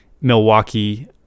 Milwaukee